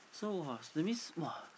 so !wah! so that means !wah!